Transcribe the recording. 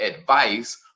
advice